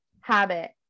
habit